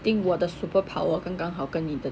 think 我的 superpower 刚刚好跟你的